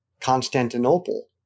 Constantinople